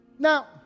Now